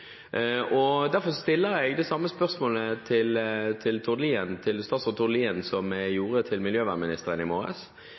Utsirahøyden. Derfor stiller jeg det samme spørsmålet til statsråd Tord Lien som jeg